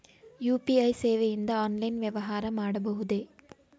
UPI ಸೇವೆಯಿಂದ online ವ್ಯವಹಾರ ಮಾಡಬಹುದೇ?